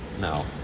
No